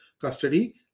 custody